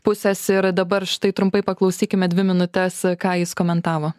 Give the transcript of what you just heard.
pusės ir dabar štai trumpai paklausykime dvi minutes ką jis komentavo